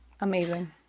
Amazing